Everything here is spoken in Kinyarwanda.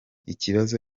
ikibazo